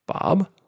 Bob